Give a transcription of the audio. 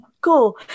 cool